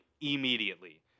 immediately